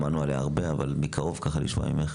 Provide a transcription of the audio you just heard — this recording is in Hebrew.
שמענו עליה הרבה אבל מקרוב ככה לשמוע ממך.